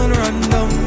random